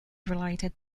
related